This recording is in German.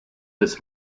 des